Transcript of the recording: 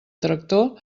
tractor